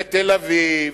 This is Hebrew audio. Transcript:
ותל-אביב,